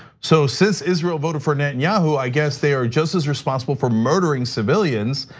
so since israel voted for netanyahu, i guess they are just as responsible for murdering civilians.